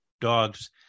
dogs